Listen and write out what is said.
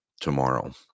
tomorrow